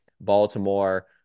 Baltimore